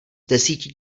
desíti